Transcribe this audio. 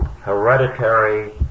hereditary